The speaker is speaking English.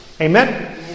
Amen